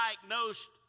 diagnosed